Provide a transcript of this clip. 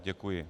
Děkuji.